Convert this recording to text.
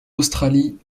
australie